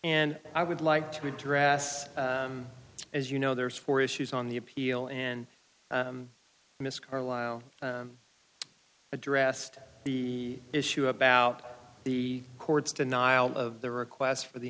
and i would like to address as you know there's four issues on the appeal and in this carlisle addressed the issue about the court's denial of the request for the